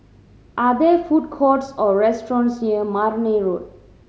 are there food courts or restaurants near Marne Road